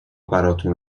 براتون